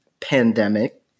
Pandemic